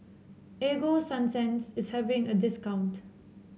Ego Sunsense is having a discount